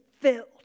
filled